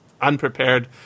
unprepared